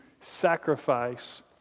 sacrifice